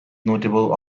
notable